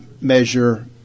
measure